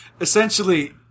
essentially